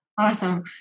Awesome